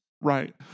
Right